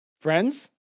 Friends